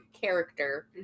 character